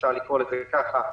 אפשר לקרוא לזה כך,